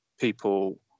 people